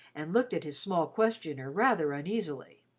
and looked at his small questioner rather uneasily.